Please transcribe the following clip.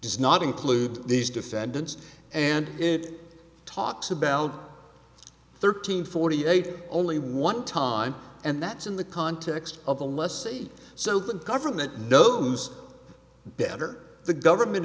does not include these defendants and it talks about thirteen forty eight only one time and that's in the context of the lessee so the government knows better the government